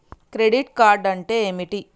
Credit card అంటే ఏమిటి?